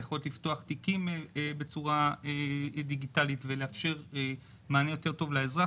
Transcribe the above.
היכולת לפתוח תיקים בצורה דיגיטלית ולאפשר מענה יותר טוב לאזרח.